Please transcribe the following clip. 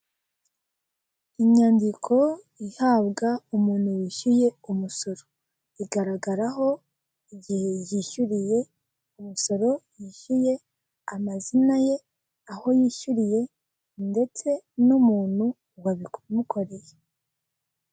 Inyandiko ihabwa umuntu wishyuye umusoro. Igaragaraho igihe yishyuriye, umusoro yishyuye, amazina ye, aho yishyuriye, ndetse n'umuntu wabimukoreye.